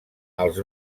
els